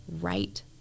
right